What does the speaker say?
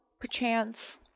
perchance